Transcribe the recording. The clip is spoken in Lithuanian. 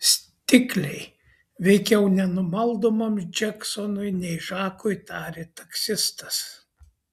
stikliai veikiau nenumaldomam džeksonui nei žakui tarė taksistas